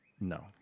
No